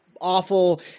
awful